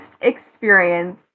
experience